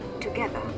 together